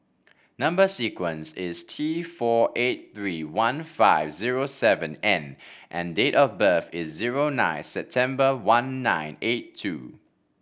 number sequence is T four eight three one five zero seven N and date of birth is zero nine September one nine eight two